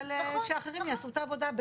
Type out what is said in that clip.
אבל שאחרים יעשו את העבודה.